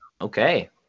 Okay